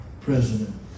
president